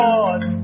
Lord